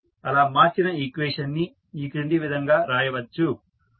అలా మార్చిన ఈక్వేషన్ ని ఈ క్రింది విధంగా రాయవచ్చు